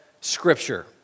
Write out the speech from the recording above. Scripture